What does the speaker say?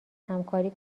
همکاری